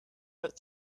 out